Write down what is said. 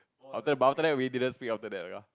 after bottleneck we didn't speak after that you know